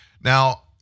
Now